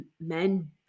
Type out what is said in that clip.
men